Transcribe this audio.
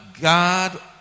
God